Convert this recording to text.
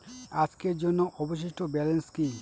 আজকের জন্য অবশিষ্ট ব্যালেন্স কি?